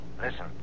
Listen